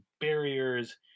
barriers